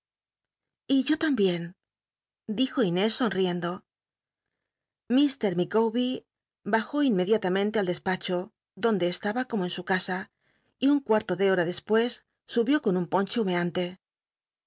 y yo lambicn dijo inés sonriendo iir llicawbet bajó inmediatamente al dcs acbo donde estaba como en su casa y un cuarto de horil dcspucs uhió con un